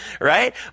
right